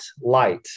light